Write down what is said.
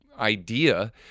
idea